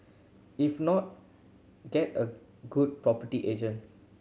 if not get a good property agent